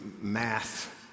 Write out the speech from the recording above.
math